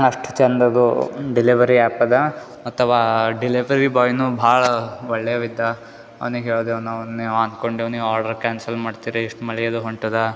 ಅಷ್ಟು ಚಂದದು ಡೆಲವರಿ ಆಪದ ಮತ್ತವಾ ಡೆಲೆವರಿ ಬಾಯ್ನು ಭಾಳ ಒಳ್ಳೆವಿದ್ದ ಅವ್ನಿಗೆ ಹೇಳ್ದೆವು ನಾವು ನೀವು ಅಂದ್ಕೊಂಡೆ ನೀವು ಆಡ್ರ್ ಕ್ಯಾನ್ಸಲ್ ಮಾಡ್ತಿರಿ ಇಷ್ಟು ಮಳೆಯಲ್ಲು ಹೊಂಟದೆ